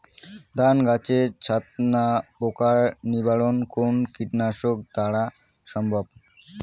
ধান গাছের ছাতনা পোকার নিবারণ কোন কীটনাশক দ্বারা সম্ভব?